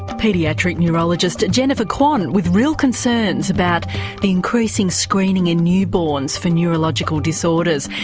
paediatric neurologist jennifer kwon, with real concerns about the increasing screening in newborns for neurological disorders.